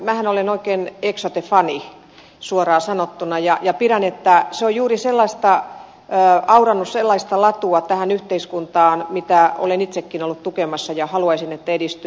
minähän olen oikein eksote fani suoraan sanottuna ja olen sitä mieltä että se on aurannut juuri sellaista latua tähän yhteiskuntaan mitä olen itsekin ollut tukemassa ja haluaisin että se edistyy